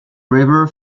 river